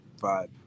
vibe